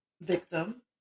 victim